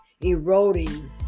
eroding